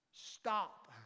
stop